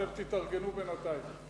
אתם תתארגנו בינתיים.